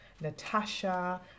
Natasha